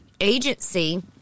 agency